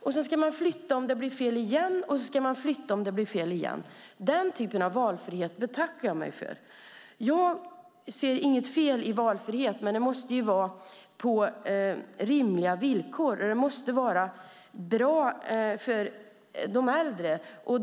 Sedan ska man flytta om det blir fel igen och därefter flytta om det blir fel ännu en gång. Den typen av valfrihet betackar jag mig för. Jag ser inget fel i valfrihet, men det måste vara på rimliga villkor. Det måste vara bra för de äldre.